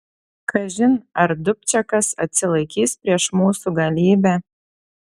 kažin ar dubčekas atsilaikys prieš mūsų galybę